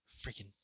Freaking